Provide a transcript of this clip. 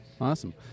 awesome